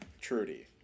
Trudy